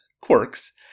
quirks